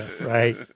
Right